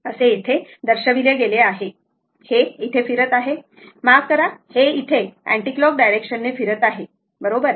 हे येथे दर्शविले गेले आहे हे येथे फिरत आहे माफ करा हे अँटीक्लॉक डायरेक्शन ने फिरत आहेबरोबर